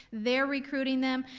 they're recruiting them,